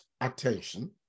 attention